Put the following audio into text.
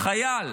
חייל